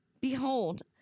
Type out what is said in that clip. Behold